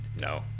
no